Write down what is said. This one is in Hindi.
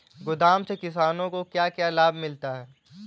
गोदाम से किसानों को क्या क्या लाभ मिलता है?